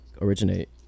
originate